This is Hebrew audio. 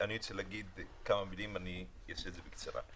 אני רוצה להגיד כמה מילים, אני אעשה את בקצרה.